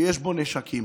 שיש בו נשקים.